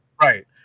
Right